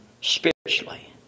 spiritually